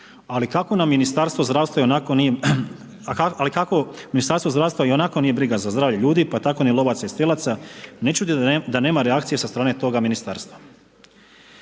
Ali kako Ministarstvo zdravstva ionako nije briga za zdravlje ljudi, pa tako ni lovaca, ni strijelaca ne čudi da nema reakcije sa strane toga ministarstva.